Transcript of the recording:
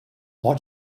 what